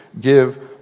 give